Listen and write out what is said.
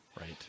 Right